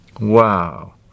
Wow